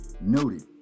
Noted